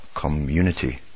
community